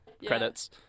credits